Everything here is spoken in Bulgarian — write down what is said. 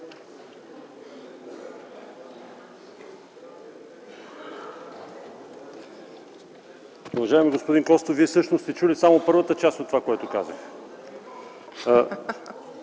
Уважаеми господин Костов, Вие всъщност сте чул само първата част от това, което казах.